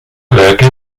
werke